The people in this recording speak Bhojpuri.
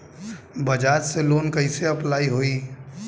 बजाज से लोन कईसे अप्लाई होई?